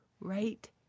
right